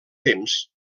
temps